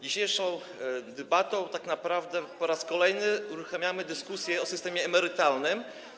Dzisiejszą debatą tak naprawdę po raz kolejny uruchamiamy dyskusję o systemie emerytalnym.